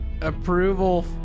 approval